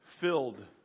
filled